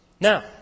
Now